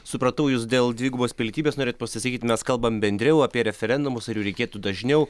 supratau jūs dėl dvigubos pilietybės norėjot pasisakyt mes kalbam bendriau apie referendumus ar jų reikėtų dažniau